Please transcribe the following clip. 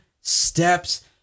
steps